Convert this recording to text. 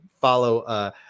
follow